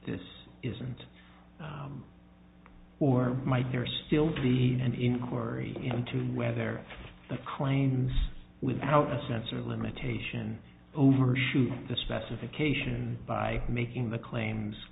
this isn't or might there still be an inquiry into whether the claims without a sense of limitation overshoot the specification by making the claims